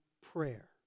prayer